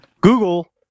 Google